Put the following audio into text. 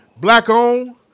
Black-owned